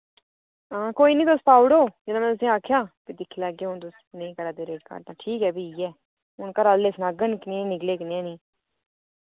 कोई निं तुस पा उड़ो जिन्ने में तुसें गी आखेआ दिक्खी लैगे हून तुस नेईं करा दे रेट घट्ट तां ठीक ऐ फ्ही इ'यै हून घरा आह्ले सनाङन कनेहे निकले कनेहे नेईं